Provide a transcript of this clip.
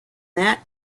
that